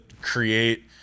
create